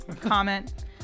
comment